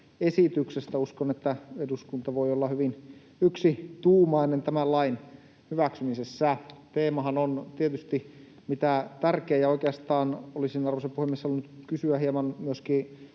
esityksestä. Uskon, että eduskunta voi olla hyvin yksituumainen tämän lain hyväksymisessä. Teemahan on tietysti mitä tärkein, ja oikeastaan olisin, arvoisa puhemies, halunnut kysyä hieman myöskin